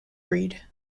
breed